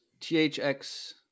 THX